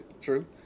true